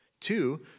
Two